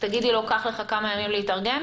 תגידי לו: קח לך כמה ימים להתארגן?